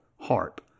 harp